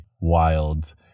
wild